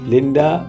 Linda